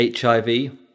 HIV